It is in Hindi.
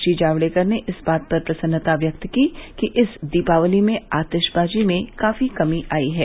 श्री जावड़ेकर ने इस बात पर प्रसन्नता व्यक्त की कि इस दीपावली में आतिशबाजी में काफी कमी आई है